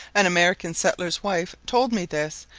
an american settler's wife told me this,